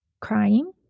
crying